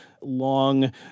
long